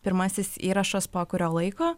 pirmasis įrašas po kurio laiko